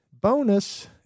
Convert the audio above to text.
bonus